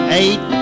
eight